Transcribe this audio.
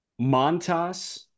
Montas